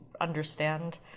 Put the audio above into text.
understand